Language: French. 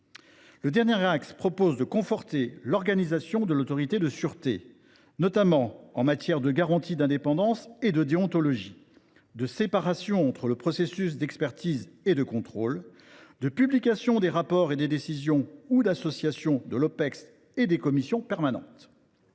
travail vise enfin à conforter l’organisation de l’ASNR, notamment en matière de garantie d’indépendance et de déontologie, de séparation entre les processus d’expertise et de contrôle, de publication des rapports et des décisions, ou d’association de l’Opecst et des commissions permanentes.